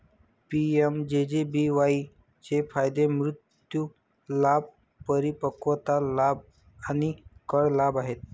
PMJJBY चे फायदे मृत्यू लाभ, परिपक्वता लाभ आणि कर लाभ आहेत